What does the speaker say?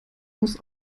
muss